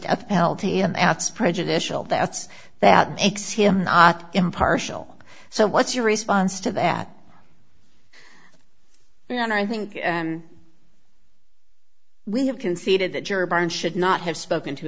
death penalty and it's prejudicial that's that makes him not impartial so what's your response to that and i think we have conceded that your burden should not have spoken to